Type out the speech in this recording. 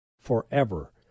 forever